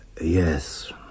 Yes